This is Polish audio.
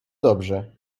dobrze